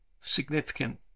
significant